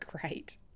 great